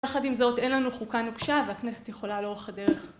יחד עם זאת אין לנו חוקה נוקשה והכנסת יכולה לאורך הדרך